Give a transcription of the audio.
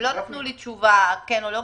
הם לא נתנו לי תשובה כן או לא.